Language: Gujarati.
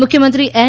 મુખ્યમંત્રી એન